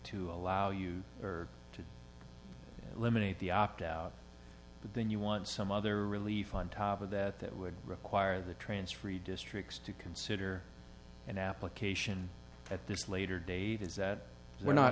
to allow you to eliminate the opt out but then you want some other relief on top of that that would require the transferee districts to consider an application at this later date is that we're not